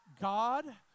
God